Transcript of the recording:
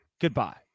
Goodbye